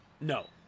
No